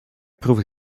proeven